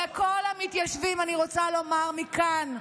ולכל המתיישבים אני רוצה לומר מכאן,